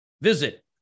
Visit